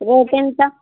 rate ఎంత